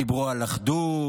דיברו על אחדות,